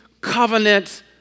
covenant